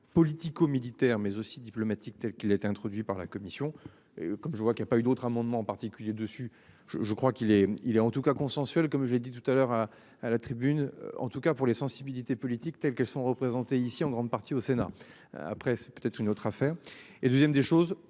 politico-militaire mais aussi diplomatique telle qu'il a été introduit par la commission et comme je vois qu'il y a pas eu d'autres amendements en particulier dessus je je crois qu'il est, il est en tout cas consensuels comme je l'ai dit tout à l'heure à à la tribune. En tout cas pour les sensibilités politiques telles qu'elles sont représentées ici en grande partie au Sénat après c'est une autre affaire et 2ème des choses